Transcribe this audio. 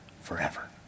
forever